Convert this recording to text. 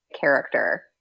character